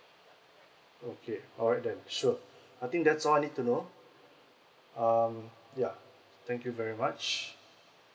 okay alright then sure I think that's all I need to know um yeah thank you very much